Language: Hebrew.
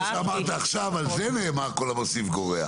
על מה שאמרת עכשיו, על זה נאמר: כל המוסיף גורע.